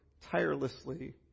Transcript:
tirelessly